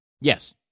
Yes